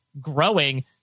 growing